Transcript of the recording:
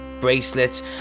bracelets